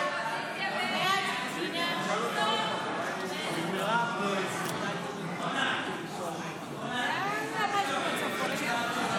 33 בדבר תוספת תקציב לא נתקבלו.